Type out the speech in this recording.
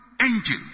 engine